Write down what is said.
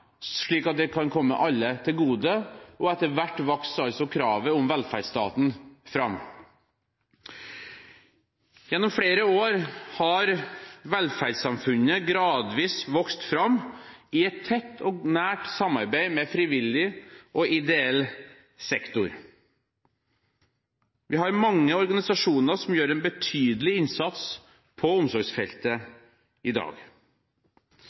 slik at det kunne komme alle til gode. Etter hvert vokste altså kravet om velferdsstaten fram. Gjennom flere år har velferdssamfunnet gradvis vokst fram i et tett og nært samarbeid med frivillig og ideell sektor. Vi har mange organisasjoner som gjør en betydelig innsats på omsorgsfeltet i dag.